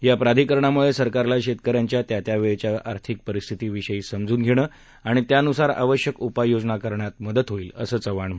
या प्राधिकरणामुळे सरकारला शेतकऱ्यांच्या त्या त्या वेळच्या आर्थिक परिस्थितीविषयी समजून घेणं आणि त्यानुसार आवश्यक उपाययोजना करण्यात मदत होईल असं चव्हाण यांनी सांगितलं